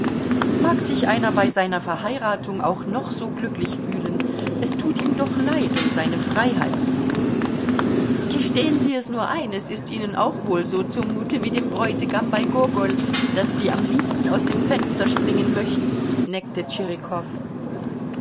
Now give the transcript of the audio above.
mag sich einer bei seiner verheiratung auch noch so glücklich fühlen es tut ihm doch leid um seine freiheit gestehen sie es nur ein es ist ihnen auch wohl so zumute wie dem bräutigam bei gogol daß sie am liebsten aus dem fenster springen möchten neckte